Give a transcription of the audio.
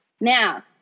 Now